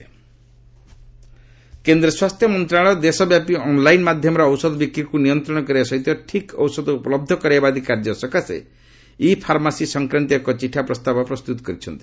ଇ pharmacy draft କେନ୍ଦ୍ର ସ୍ୱାସ୍ଥ୍ୟ ମନ୍ତ୍ରଣାଳୟ ଦେଶ ବ୍ୟାପୀ ଅନ୍ଲାଇନ୍ ମାଧ୍ୟମରେ ଔଷଧ ବିକ୍ରିକ୍ ନିୟନ୍ତ୍ରଣ କରିବା ସହିତ ଠିକ୍ ଔଷଧ ଉପଲହ୍ଧ କରାଇବା ଆଦି କାର୍ଯ୍ୟ ସକାଶେ ଇ ଫାର୍ମାସି ସଂକ୍ରାନ୍ତୀୟ ଏକ ଚିଠା ପ୍ରସ୍ତାବ ପ୍ରସ୍ତୁତ କରିଛନ୍ତି